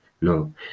no